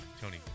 Tony